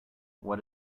what